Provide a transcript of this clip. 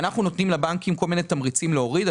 אנחנו נותנים לבנקים כל מיני תמריצים להוריד.